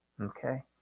okay